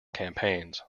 campaigns